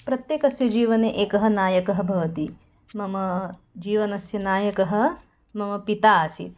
प्रत्येकस्य जीवने एकः नायकः भवति मम जीवनस्य नायकः मम पिता आसीत्